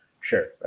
sure